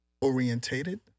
Orientated